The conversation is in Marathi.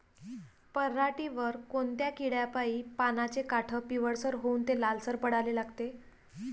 पऱ्हाटीवर कोनत्या किड्यापाई पानाचे काठं पिवळसर होऊन ते लालसर पडाले लागते?